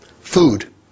Food